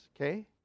okay